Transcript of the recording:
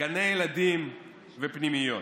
גני ילדים ופנימיות,